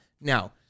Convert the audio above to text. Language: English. Now